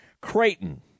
Creighton